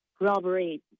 robbery